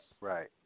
Right